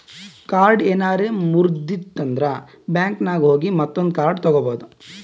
card ಏನಾರೆ ಮುರ್ದಿತ್ತಂದ್ರ ಬ್ಯಾಂಕಿನಾಗ್ ಹೋಗಿ ಮತ್ತೊಂದು ಕಾರ್ಡ್ ತಗೋಬೋದ್